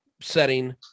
setting